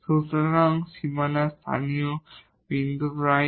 সুতরাং বাউন্ডারি হল local extrema